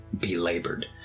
belabored